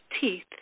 teeth